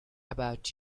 about